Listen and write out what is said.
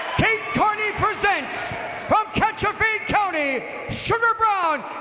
kate carney presents from catchafade county sugar brown